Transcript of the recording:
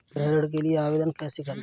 गृह ऋण के लिए आवेदन कैसे करें?